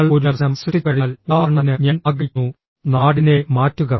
നിങ്ങൾ ഒരു ദർശനം സൃഷ്ടിച്ചുകഴിഞ്ഞാൽ ഉദാഹരണത്തിന് ഞാൻ ആഗ്രഹിക്കുന്നു നാടിനെ മാറ്റുക